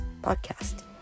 podcast